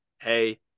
hey